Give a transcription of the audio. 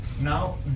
Now